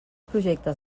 projectes